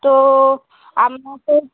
তো আপনাদের